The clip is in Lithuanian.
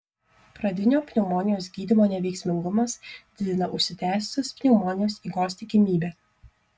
pradinio pneumonijos gydymo neveiksmingumas didina užsitęsusios pneumonijos eigos tikimybę